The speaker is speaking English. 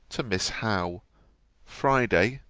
to miss howe friday,